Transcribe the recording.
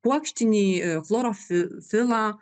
kuokštinį chlorofilą